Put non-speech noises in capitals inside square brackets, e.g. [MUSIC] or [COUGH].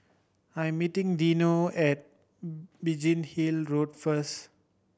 I am meeting Dino at [UNINTELLIGIBLE] Biggin Hill Road first